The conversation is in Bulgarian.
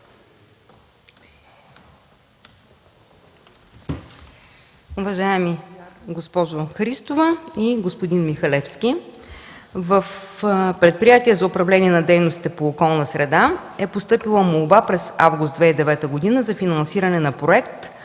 Уважаема госпожо Христова, уважаеми господин Михалевски! В Предприятие за управление на дейности по околна среда е постъпила молба от месец август 2009 г. за финансиране на Проект